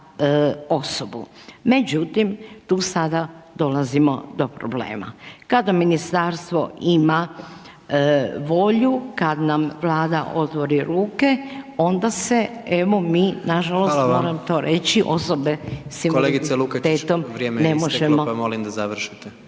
Međutim, tu sada dolazimo do problema, kada ministarstvo ima volju, kad nam Vlada otvori ruke onda se evo mi nažalost moram to reći …/Upadica: Hvala vam./…